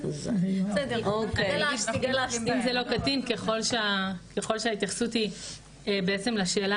אם זה לא קטין ככל שההתייחסות היא לשאלה